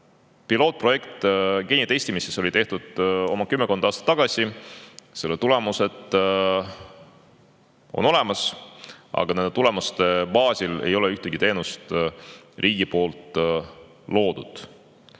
Pilootprojekt geenitestimises on tehtud oma kümmekond aastat tagasi. Selle tulemused on olemas, aga nende tulemuste baasil ei ole riik ühtegi teenust loonud.